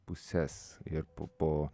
puses ir pu po